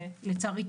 ולצערי,